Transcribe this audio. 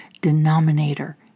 denominator